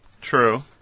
true